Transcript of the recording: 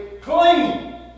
clean